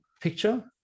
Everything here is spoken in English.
picture